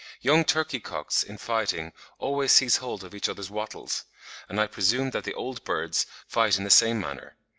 young turkey-cocks in fighting always seize hold of each other's wattles and i presume that the old birds fight in the same manner.